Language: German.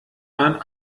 man